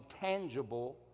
tangible